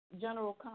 general